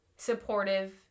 supportive